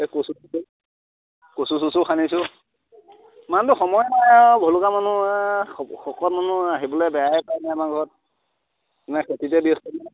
এ কচু চচু কচু চচু খানিছোঁ মানুহটোৰ সময়ে নাই আৰু ভুলুকা মানুহ শকত মানুহ আহিবলৈ বেয়াই পায়নে আমাৰ ঘৰত নে খেতিতে ব্যস্তনে